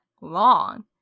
long